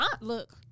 look